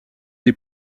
des